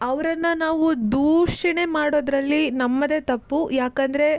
ಅವರನ್ನ ನಾವು ದೂಷಣೆ ಮಾಡೋದರಲ್ಲಿ ನಮ್ಮದೇ ತಪ್ಪು ಯಾಕಂದರೆ